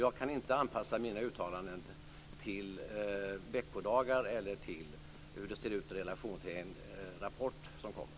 Jag kan inte anpassa mina uttalanden till veckodagar eller till hur det ser ut i relation till en rapport som kommer.